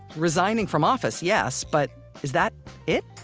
resigning from office, yes. but is that it?